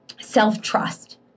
self-trust